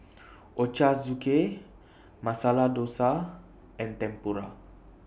Ochazuke Masala Dosa and Tempura